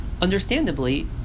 understandably